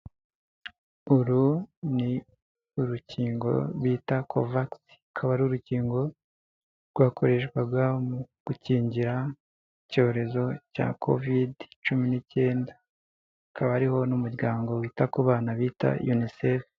Uru ni urukingo bita covakisi, akaba ari urukingo rwakoreshwaga mu gukingira icyorezo cya covid cumi n'icyenda, akaba ariho n'umuryango wita ku bana bita Unicef.